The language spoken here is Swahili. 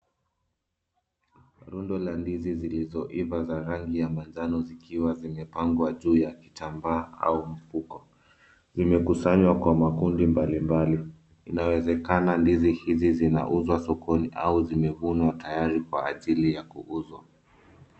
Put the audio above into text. Rundo la ndizi zilizoiva za rangi ya manjano zikiwa zimepangwa juu ya kitambaa ama mfuko. Zimekusanywa kwa makundi mbalimbali. Inawezekana ndizi hizi zinauzwa sokoni au zimevunwa tayari kwa ajili ya kuuzwa.